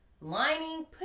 lining